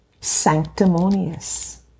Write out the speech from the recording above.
sanctimonious